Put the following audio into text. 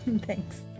Thanks